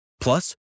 Plus